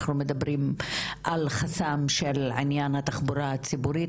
אנחנו מדברים על חסם של עניין התחבורה הציבורית,